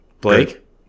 Blake